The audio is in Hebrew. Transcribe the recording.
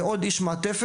ועוד איש מעטפת,